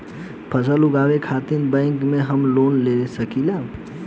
फसल उगावे खतिर का बैंक से हम लोन ले सकीला?